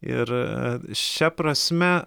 ir šia prasme